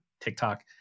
TikTok